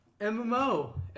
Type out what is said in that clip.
MMO